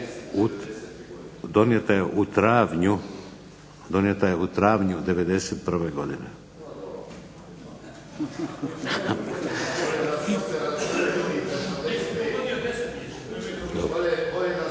donijeta je u travnju '91. godine.